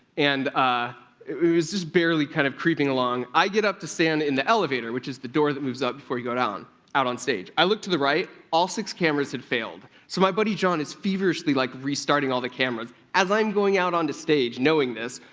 and ah it was just barely kind of creeping along. i get up to stand in the elevator, which is the door that moves up before you go down out on stage. i look to the right, all six cameras had failed. so my buddy john is feverishly, like, restarting all the cameras as i'm going out onto stage knowing this,